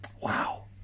Wow